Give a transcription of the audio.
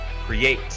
Create